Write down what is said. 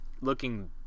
looking